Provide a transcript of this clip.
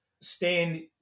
stand